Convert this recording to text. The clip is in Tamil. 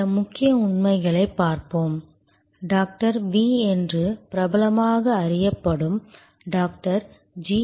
சில முக்கிய உண்மைகளைப் பார்ப்போம் டாக்டர் வி என்று பிரபலமாக அறியப்படும் டாக்டர் ஜி